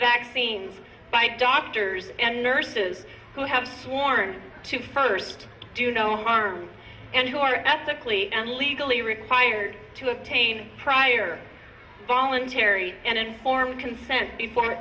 vaccines by doctors and nurses who have sworn to first do no harm and who are ethically and legally rick hired to obtain prior voluntary and informed consent for